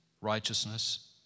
righteousness